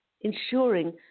ensuring